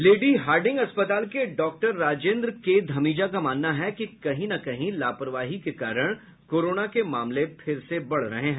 lady Hardinge अस्पताल के doctor Rajendra K Dhamija का मानना है कि कहीं ना कहीं लापरवाही के कारण कोरोना के मामले फिर से बढ़ रहे हैं